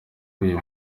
uyu